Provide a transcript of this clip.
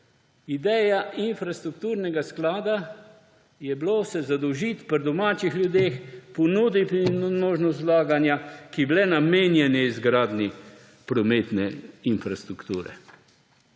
Ideja infrastrukturnega sklada je bila, zadolžiti se pri domačih ljudeh, ponuditi jim možnost vlaganja, ki bi bile namenjene izgradnji prometne infrastrukture.